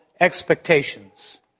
expectations